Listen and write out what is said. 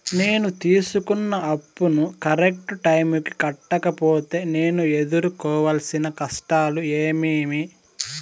నేను తీసుకున్న అప్పును కరెక్టు టైముకి కట్టకపోతే నేను ఎదురుకోవాల్సిన కష్టాలు ఏమీమి?